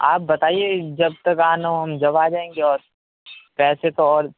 آپ بتائیے جب تک آنا ہو ہم جب آئیں گے اور پیسے تو اور